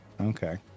okay